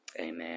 Amen